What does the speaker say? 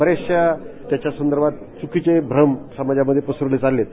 बऱ्याचशा त्याच्या संदर्भात चुकीचे भ्रम समाजामधे पसरवल्या चाललेत